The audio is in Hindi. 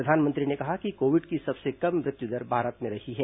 प्रधानमंत्री ने कहा कि कोविड की सबसे कम मृत्युदर भारत में रही है